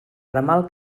ramal